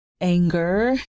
anger